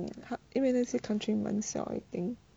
嗯他因为那些 country 蛮小 I think